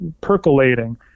percolating